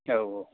औ औ